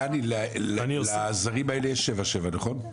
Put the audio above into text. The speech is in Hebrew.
דני, לזרים האלה יש 77, נכון?